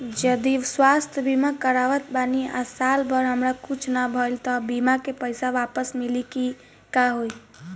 जदि स्वास्थ्य बीमा करावत बानी आ साल भर हमरा कुछ ना भइल त बीमा के पईसा वापस मिली की का होई?